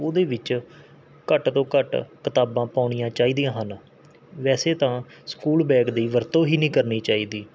ਉਹਦੇ ਵਿੱਚ ਘੱਟ ਤੋਂ ਘੱਟ ਕਿਤਾਬਾਂ ਪਾਉਣੀਆਂ ਚਾਹੀਦੀਆਂ ਹਨ ਵੈਸੇ ਤਾਂ ਸਕੂਲ ਬੈਗ ਦੀ ਵਰਤੋਂ ਹੀ ਨਹੀਂ ਕਰਨੀ ਚਾਹੀਦੀ